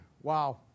wow